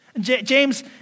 James